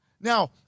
now